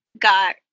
got